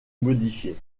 modifiés